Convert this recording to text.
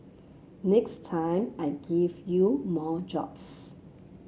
next time I give you more jobs